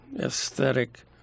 aesthetic